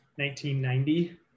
1990